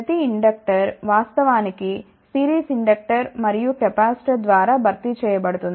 ప్రతి ఇండక్టర్ వాస్తవానికి series inductor మరియు కెపాసిటర్ ద్వారా భర్తీ చేయ బడుతుంది